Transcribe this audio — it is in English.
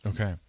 Okay